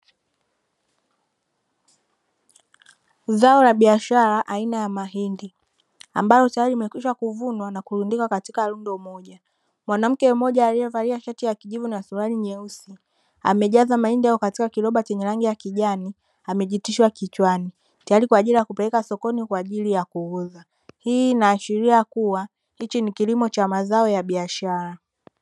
Zao la biashara aina ya mahindi ambayo tayari imekwisha kuvunwa na kurundikwa katika rundo moja. Mwanamke mmoja aliyevalia shati ya kijivu na suruali nyeusi; amejaza mahindi yao katika kiroba chenye rangi ya kijani amejitishwa kichwani, tayari kwa ajili ya kupeleka sokoni kwa ajili ya kuuza. Hii inaashiria kuwa hichi ni kilimo cha mazao ya biashara.